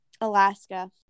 Alaska